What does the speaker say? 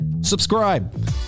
subscribe